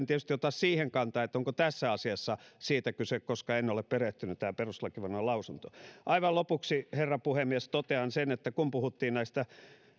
tietysti ota siihen kantaa onko tässä asiassa siitä kyse koska en ole perehtynyt tähän perustuslakivaliokunnan lausuntoon aivan lopuksi herra puhemies totean sen että kun puhuttiin näistä